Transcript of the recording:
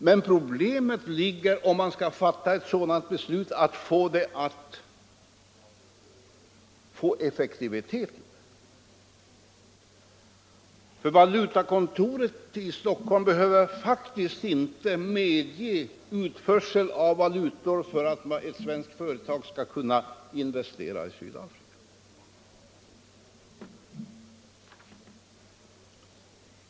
Men problemet ligger i, om man skall fatta ett sådant beslut, att få effektivitet. Valutakontoret i Stockholm behöver faktiskt inte medge utförsel av valutor för att ett svenskt företag skall kunna investera i Sydafrika.